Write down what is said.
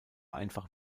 einfach